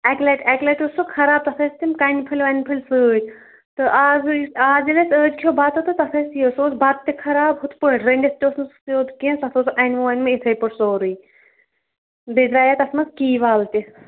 اَکہِ لَٹہِ اَکہِ لَٹہِ اوس سُہ خراب تَتھ ٲسۍ تِم کَنہِ پھٔلۍ وَنہِ پھٔلۍ سۭتۍ تہٕ آز آز ییٚلہِ اَسہِ ٲدۍ کھیٚو بَتہٕ تہٕ تَتھ ٲسۍ یہِ سُہ اوس بَتہٕ تہِ خراب ہُتھ پٲٹھۍ رٔنتھ تہِ اوس نہٕ سُہ سیٚود کینٛہہ تَتھ اوس سُہ اَنمہٕ وَنمہٕ یِتھَے پٲٹھۍ سورُے بیٚیہِ درٛایے تَتھ منٛز کی وال تہِ